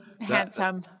handsome